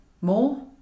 More